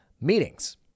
meetings